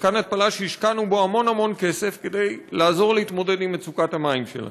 מתקן התפלה שהשקענו בו המון כסף כדי שיעזור להתמודד עם מצוקת המים שלנו.